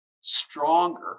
stronger